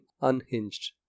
unhinged